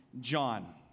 John